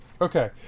Okay